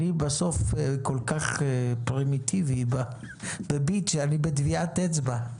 אני כול כך פרימיטיבי ב"ביט" שאני בטביעת אצבע.